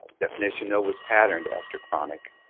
definition though was patterned after chronic